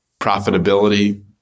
Profitability